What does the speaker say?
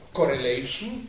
correlation